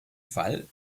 fall